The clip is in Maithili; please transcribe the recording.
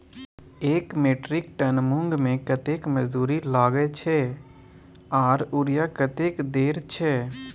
एक मेट्रिक टन मूंग में कतेक मजदूरी लागे छै आर यूरिया कतेक देर छै?